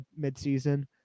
midseason